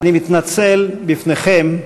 אני מתנצל בפניכם: